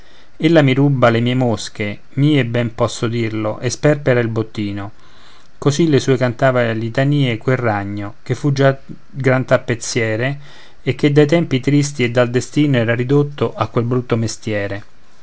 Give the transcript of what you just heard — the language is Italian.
viene ella mi ruba le mie mosche mie ben posso dirlo e sperpera il bottino così le sue cantava litanie quel ragno che fu già gran tappezziere e che dai tempi tristi e dal destino era ridotto a quel brutto mestiere